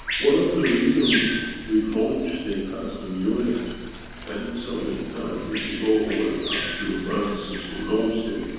one of the reasons we launched the enhancement unit and in so many times if you go over the past few months since we launched it,